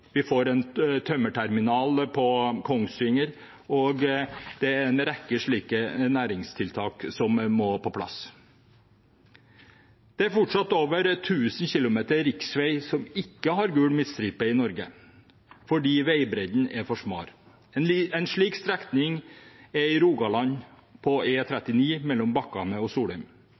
tømmerterminal på Kongsvinger. Det er en rekke slike næringstiltak som må på plass. Det er fortsatt over 1 000 km riksvei som ikke har gul midtstripe i Norge, fordi veibredden er for smal. En slik strekning er i Rogaland på E134 mellom Bakka og Solheim.